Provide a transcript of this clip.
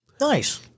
Nice